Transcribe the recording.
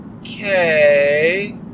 Okay